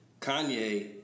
Kanye